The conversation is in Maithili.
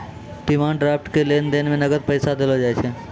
डिमांड ड्राफ्ट के लेन देन मे नगद पैसा नै देलो जाय छै